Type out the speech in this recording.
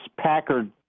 Packard